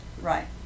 Right